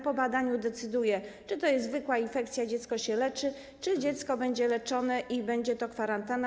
Po badaniu decyduje, czy to jest zwykła infekcja i dziecko się leczy, czy dziecko będzie leczone i będzie to kwarantanna.